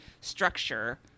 structure